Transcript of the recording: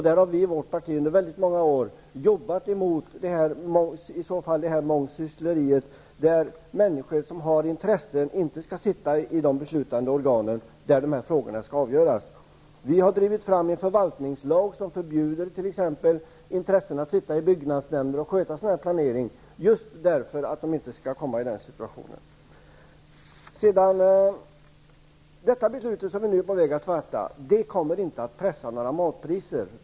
Där har vi i socialdemokraterna under många år arbetat mot mångsyssleriet, dvs. människor med vissa intressen skall inte sitta med i de beslutande organ som avgör dessa frågor. Socialdemokraterna har drivit fram en förvaltningslag som förbjuder t.ex. personer med särskilda intressen att sitta i byggnadsnämnder och sköta sådan planering -- just för att de inte skall komma i sådana situationer. Det beslut som vi nu skall fatta kommer inte att pressa några matpriser.